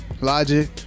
Logic